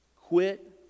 Quit